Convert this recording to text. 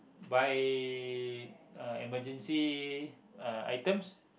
buy uh emergency uh items